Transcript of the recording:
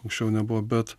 anksčiau nebuvo bet